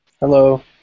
Hello